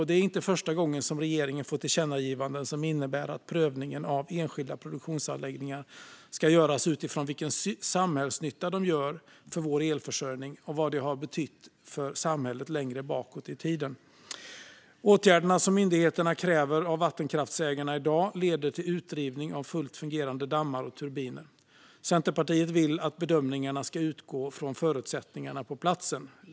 Det är inte första gången som regeringen får tillkännagivanden som innebär att prövningen av enskilda produktionsanläggningar ska göras också utifrån vilken samhällsnytta de gör för vår elförsörjning och vad de har betytt för samhället längre bakåt i tiden. Åtgärderna som myndigheterna kräver av vattenkraftsägarna i dag leder till utrivning av fullt fungerande dammar och turbiner. Centerpartiet vill att bedömningarna ska utgå från förutsättningarna på platsen.